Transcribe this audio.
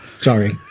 Sorry